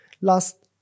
Last